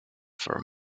for